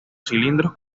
cilindros